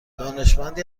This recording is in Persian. دانشمندی